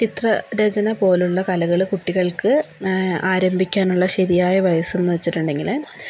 ചിത്ര രചന പോലുള്ള കലകള് കുട്ടികൾക്ക് ആരംഭിക്കാനുള്ള ശരിയായ വയസ്സ് എന്ന് വെച്ചിട്ടുണ്ടങ്കില്